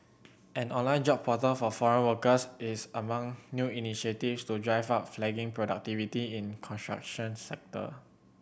an online job portal for foreign workers is among new initiatives to drive up flagging productivity in construction sector